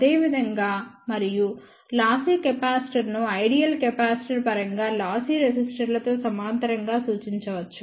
అదేవిధంగా మరియు లాసీ కెపాసిటర్ను ఐడియల్ కెపాసిటర్ పరంగా లాసీ రెసిస్టర్లతో సమాంతరంగా సూచించవచ్చు